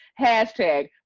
hashtag